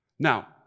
Now